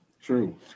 True